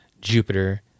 Jupiter